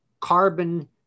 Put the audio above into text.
carbon